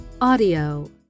audio